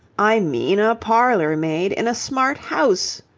i mean a parlour-maid in a smart house,